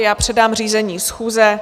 Já předám řízení schůze...